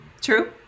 true